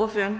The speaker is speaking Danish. (KF):